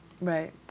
Right